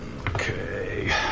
Okay